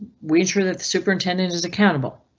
we ensure that the superintendent is accountable.